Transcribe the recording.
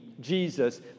Jesus